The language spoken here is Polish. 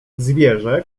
zwierzę